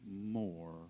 more